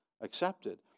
accepted